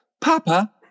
Papa